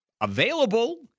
available